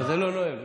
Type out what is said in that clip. אבל זה לא נהוג.